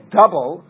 double